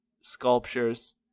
sculptures